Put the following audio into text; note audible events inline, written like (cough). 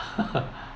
(laughs)